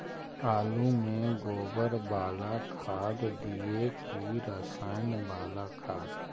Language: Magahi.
आलु में गोबर बाला खाद दियै कि रसायन बाला खाद?